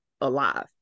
alive